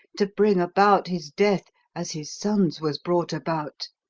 to bring about his death as his son's was brought about.